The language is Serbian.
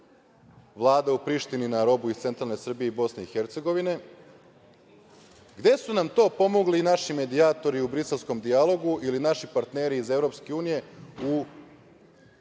Vlada u Prištini na robu iz centralne Srbije i Bosne i Hercegovine. Gde su nam to pomogli naši medijatori u briselskom dijalogu ili naši partneri iz Evropske